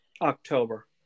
October